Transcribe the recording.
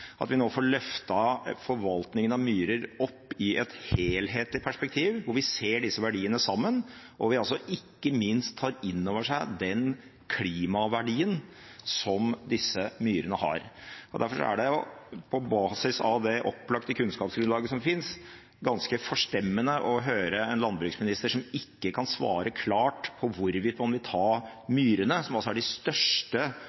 at vi nå får løftet forvaltningen av myrer opp i et helhetlig perspektiv, hvor vi ser disse verdiene sammen, og hvor vi altså ikke minst tar inn over oss den klimaverdien som disse myrene har. Derfor er det på basis av det opplagte kunnskapsgrunnlaget som finnes, ganske forstemmende å høre en landbruksminister som ikke kan svare klart på hvorvidt man vil ta myrene, som altså er de største